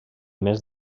més